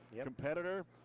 competitor